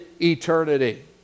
eternity